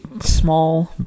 small